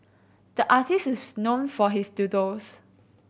the artist is known for his doodles